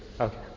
Okay